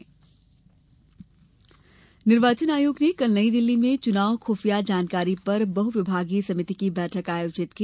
निर्वाचन आयोग बैठक निर्वाचन आयोग ने कल नई दिल्ली में चुनाव खुफिया जानकारी पर बहु विभागीय समिति की बैठक आयोजित की